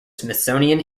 smithsonian